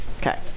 Okay